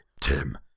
Tim